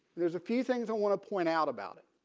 there's a few things i want to point out about it.